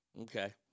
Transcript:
Okay